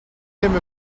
him